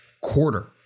quarter